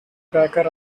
backer